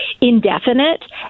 Indefinite